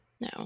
No